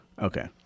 Okay